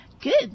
good